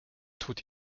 tut